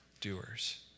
doers